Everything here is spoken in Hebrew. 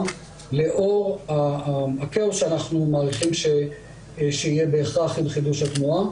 לאור הכאוס שאנחנו מעריכים שיהיה בהכרח עם חידוש התנועה.